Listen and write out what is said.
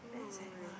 oh eh